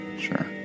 Sure